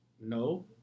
No